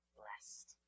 blessed